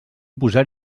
posar